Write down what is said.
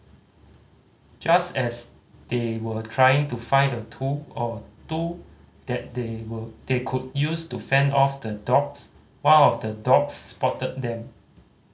just as they were trying to find a tool or two that they were they could use to fend off the dogs one of the dogs spotted them